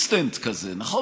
אינסטנט כזה, נכון?